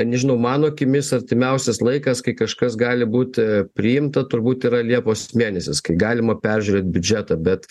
nežinau mano akimis artimiausias laikas kai kažkas gali būti priimta turbūt yra liepos mėnesis kai galima peržiūrėt biudžetą bet